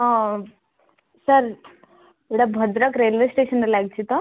ହଁ ସାର୍ ଏଇଟା ଭଦ୍ରକ ରେଲ୍ୱେ ଷ୍ଟେସନ୍ରେ ଲାଗିଛି ତ